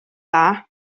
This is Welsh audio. dda